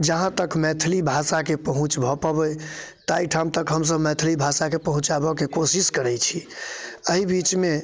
जहाँ तक मैथिली भाषाके पहुँच भऽ पबै तै ठाम तक हमसब मैथिली भाषाके पहुँचाबैके कोशिश करै छी अहि बीचमे